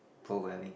programming